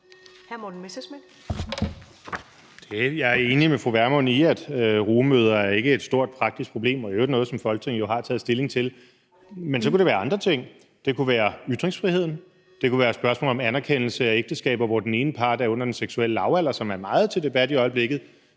Jeg er enig med fru Pernille Vermund i, at rugemødre ikke er et stort praktisk problem og i øvrigt noget, som Folketinget jo har taget stilling til. Men så kunne det være andre ting. Det kunne være ytringsfriheden. Det kunne være spørgsmålet om anerkendelse af ægteskaber, hvor den ene part er under den seksuelle lavalder, som er meget til debat i øjeblikket,